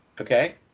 Okay